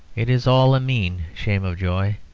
it is all a mean shame of joy.